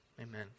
amen